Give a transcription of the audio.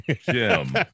Jim